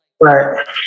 right